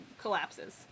collapses